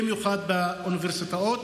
במיוחד באוניברסיטאות